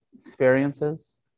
experiences